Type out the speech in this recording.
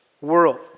world